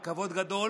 זה כבוד גדול.